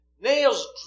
nails